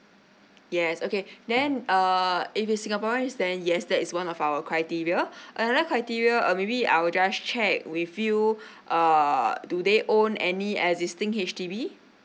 yes okay then err if it's singaporeans then yes that is one of our criteria another criteria uh maybe I'll just check with you err do they own any existing H_D_B